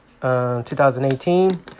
2018